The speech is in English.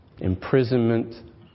imprisonment